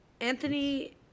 Anthony